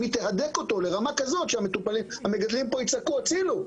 אם היא תהדק אותו לרמה כזאת שהמגדלים פה יצעקו הצילו.